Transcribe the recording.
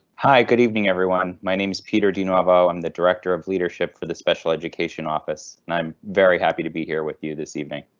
hi, good evening everyone. my name is peter. di nuovo, i'm the director of leadership for the special education office and i'm very happy to be here with you this evening.